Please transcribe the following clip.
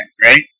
right